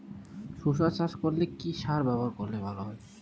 শশা চাষ করলে কি সার ব্যবহার করলে ভালো হয়?